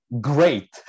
great